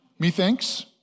Methinks